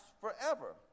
forever